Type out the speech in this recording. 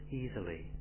easily